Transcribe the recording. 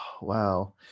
Wow